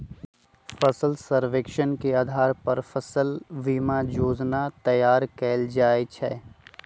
फसल सर्वेक्षण के अधार पर फसल बीमा जोजना तइयार कएल जाइ छइ